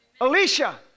Alicia